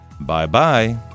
Bye-bye